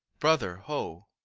brother, ho!